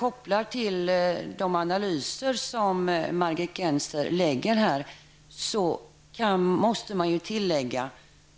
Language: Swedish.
När det gäller de analyser som Margit Gennser här gör, måste man tillägga